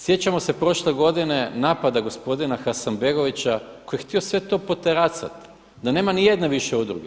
Sjećamo se prošle godine napada gospodina Hasanbegovića koji je htio sve to poteracat da nema niti jedne više udruge.